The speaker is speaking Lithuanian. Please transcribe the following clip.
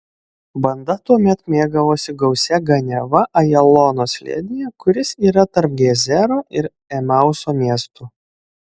banda tuomet mėgavosi gausia ganiava ajalono slėnyje kuris yra tarp gezero ir emauso miestų